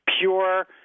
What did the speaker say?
Pure